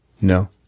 No